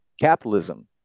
capitalism